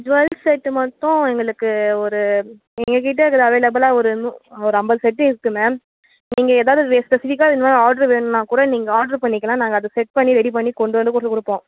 jewel set மட்டும் எங்களுக்கு ஒரு எங்கள்கிட்ட இருக்கிறது ஒரு அவைலபுள்லாக ஒரு நூ ஒரு ஐம்பது செட்டு இருக்குது மேம் நீங்கள் ஏதாவது ஸ்பெஸிபிக்காக இந்த மாதிரி ஆர்ட்ரு வேணுனால் கூட நீங்கள் ஆர்ட்ரு பண்ணிக்கலாம் நாங்கள் அதை செட் பண்ணி ரெடி பண்ணி கொண்டு வந்து கூட கொடுப்போம்